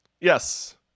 Yes